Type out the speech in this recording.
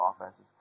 offenses